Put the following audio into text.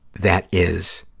that is,